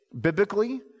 biblically